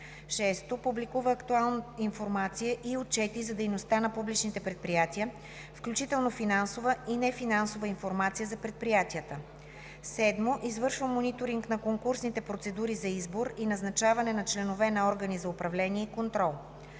6. публикува актуална информация и отчети за дейността на публичните предприятия, включително финансова и нефинансова информация за предприятията; 7. извършва мониторинг на конкурсните процедурите за избор и назначаване на членове на органи за управление и контрол;